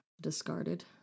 discarded